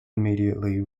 immediately